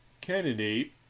candidate